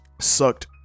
sucked